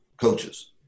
coaches